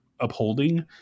upholding